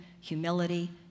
humility